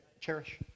Cherish